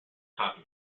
copy